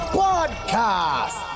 podcast